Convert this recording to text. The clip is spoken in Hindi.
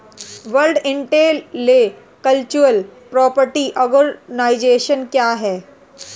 वर्ल्ड इंटेलेक्चुअल प्रॉपर्टी आर्गनाइजेशन क्या है?